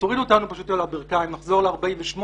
תוריד אותנו על הברכיים ונחזור ל-1948,